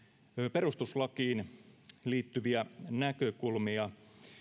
perustuslakiin liittyviä näkökulmia